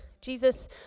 Jesus